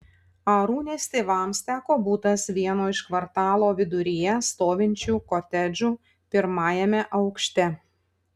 arūnės tėvams teko butas vieno iš kvartalo viduryje stovinčių kotedžų pirmajame aukšte